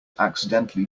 accidentally